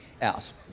else